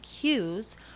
cues